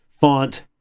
font